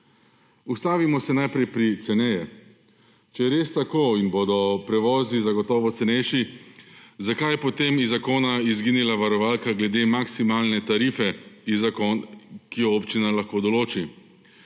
Ustavimo se najprej pri ceneje. Če je res tako in bodo prevozi zagotovo cenejši, zakaj je potem iz zakona izginila varovalka glede maksimalne tarife, ki jo občina lahko določi.